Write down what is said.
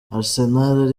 arsenal